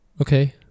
Okay